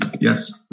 Yes